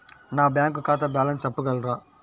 నా బ్యాంక్ ఖాతా బ్యాలెన్స్ చెప్పగలరా?